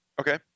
Okay